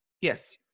Yes